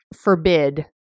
forbid